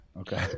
Okay